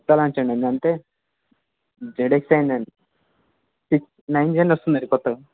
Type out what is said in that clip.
కొత్త లాంచ్ అండి అంటే జెడ్ఎక్స్ అయిండి అండి సిక్స్ నైన్ జెన్ వస్తుంది కొత్తగా